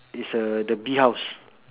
is uh the bee house